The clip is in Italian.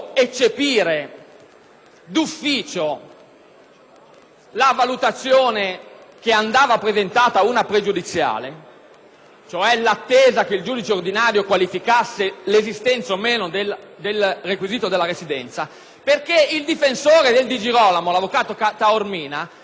la valutazione che andava presentata una pregiudiziale in attesa che il giudice ordinario verificasse l'esistenza del requisito della residenza, perché il difensore di Di Girolamo, avvocato Taormina, in sede di decisione revocò la pregiudiziale,